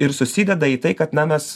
ir susideda į tai kad na mes